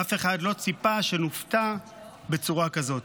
אף אחד לא ציפה שנופתע בצורה כזאת.